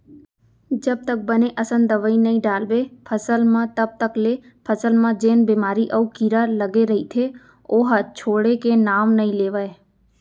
जब तक बने असन दवई नइ डालबे फसल म तब तक ले फसल म जेन बेमारी अउ कीरा लगे रइथे ओहा छोड़े के नांव नइ लेवय